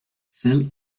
fell